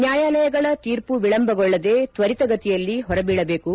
ನ್ವಾಯಾಲಯಗಳ ತೀರ್ಮ ವಿಳಂಬಗೊಳ್ಳದೆ ತ್ವರಿತಗತಿಯಲ್ಲಿ ಹೊರಬೀಳಬೇಕು